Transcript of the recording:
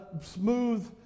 smooth